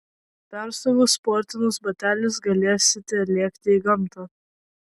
persiavus sportinius batelius galėsite lėkti į gamtą